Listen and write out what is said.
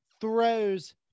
throws